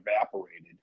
evaporated